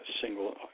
single